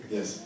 Yes